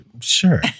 Sure